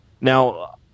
Now